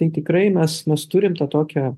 tai tikrai mes mes turim tą tokią